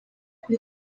kuri